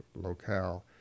locale